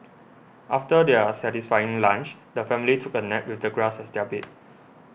after their satisfying lunch the family took a nap with the grass as their bed